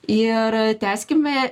ir tęskime